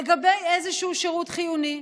לגבי איזשהו שירות חיוני.